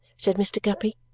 said mr. guppy.